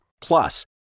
Plus